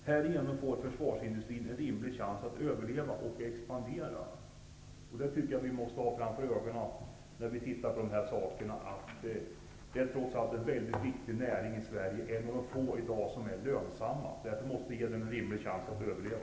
Härigenom får försvarsindustrin en rimlig chans att överleva och expandera. Vi måste ha ögonen öppna för att detta trots allt är en viktig näring i Sverige; en av de få som är lönsamma i dag. Därför måste vi ge den en rimlig chans att överleva.